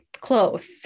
close